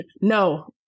no